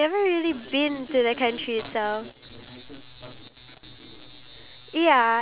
and ask them if that local will be the host for the airbnb